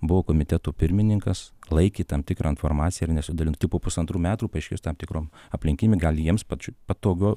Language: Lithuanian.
buvo komiteto pirmininkas laikė tam tikrą informaciją ir nesidalino tik po pusantrų metrų paaiškės tam tikrom aplinkybėm gali ir jiems pačių patogu